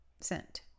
sent